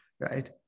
Right